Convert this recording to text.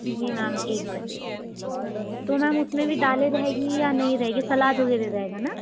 जी ma'am एक बजे तो मैम उसमें भी दालें रहेगी या नहीं रहेगी सलाद वगैरह रहेगा न